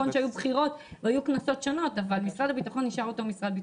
נכון שהיו בחירות אבל משרד הביטחון נשאר אותו משרד.